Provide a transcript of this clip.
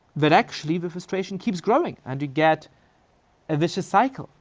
that actually the frustration keeps growing, and you get a vicious cycle,